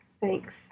thanks